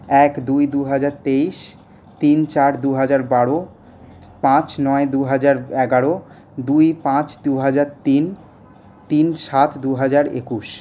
এক দুই দু হাজার তেইশ তিন চার দু হাজার বারো পাঁচ নয় দু হাজার এগারো দুই পাঁচ দু হাজার তিন তিন সাত দু হাজার একুশ